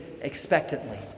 expectantly